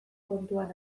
kontuan